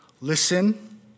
Listen